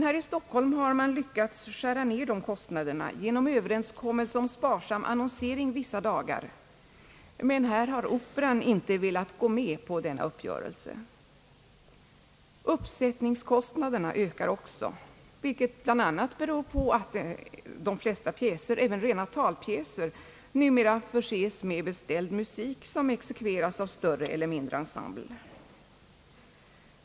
Här i Stockholm har man lyckats skära ned dessa kostnader genom överenskommelse om sparsam annonsering vissa dagar. Operan har dock inte velat vara med i denna uppgörelse. Uppsättningskostnaderna ökar också våldsamt, vilket bl.a. beror på att de flesta pjäser, även rena talpjäser, numera förses med beställd musik som exekveras av större eller mindre ensembler.